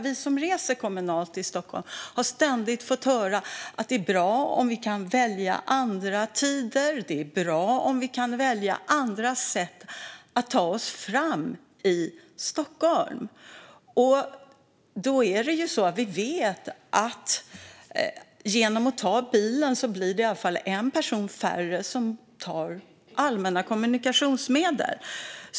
Vi som reser kommunalt i Stockholm har ständigt fått höra att det är bra om vi kan välja andra tider och att det är bra om vi kan välja andra sätt att ta oss fram i Stockholm. Vi vet att genom att en person tar bilen blir det i alla fall en person mindre som använder allmänna kommunikationsmedel.